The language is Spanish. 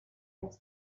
esto